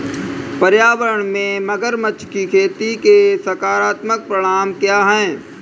पर्यावरण में मगरमच्छ की खेती के सकारात्मक परिणाम क्या हैं?